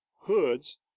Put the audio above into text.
hoods